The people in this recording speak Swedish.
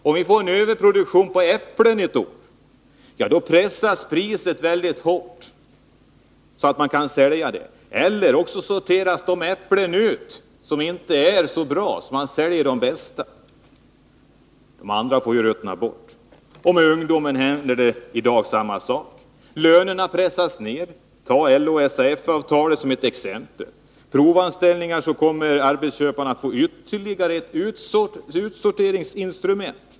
Om vi får en överproduktion av äpplen ett år, pressas priset väldigt hårt, så att man kan sälja äpplena. Eller också sorteras de äpplen ut som inte är bra, och man säljer alltså de bästa. De andra får ruttna bort. Med ungdomen händer i dag samma sak. Lönerna pressas ner. Tag LO-SAF-avtalet som ett exempel! Genom provanställningar kommer arbetsköparna att få ytterligare ett utsorteringsinstrument.